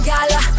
Gala